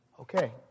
Okay